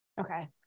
Okay